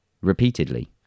repeatedly